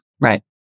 Right